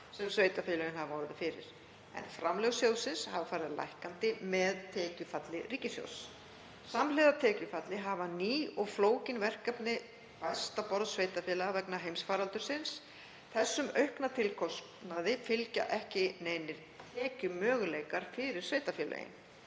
sem sveitarfélögin hafa orðið fyrir, en framlög sjóðsins hafa farið lækkandi með tekjufalli ríkissjóðs. Samhliða tekjufalli hafa ný og flókin verkefni bæst á borð sveitarfélaga vegna heimsfaraldursins. Þessum aukna tilkostnaði fylgja ekki neinir tekjumöguleikar fyrir sveitarfélögin.